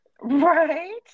right